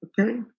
Okay